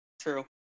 true